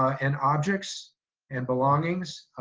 ah and objects and belongings,